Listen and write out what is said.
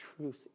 truth